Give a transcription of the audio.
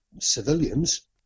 civilians